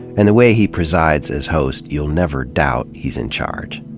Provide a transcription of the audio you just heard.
and the way he presides as host you'll never doubt he's in charge.